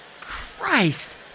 Christ